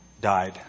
died